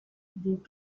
des